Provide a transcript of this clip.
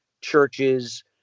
churches